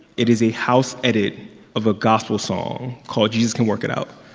it is a house edit of a gospel song called jesus can work it out.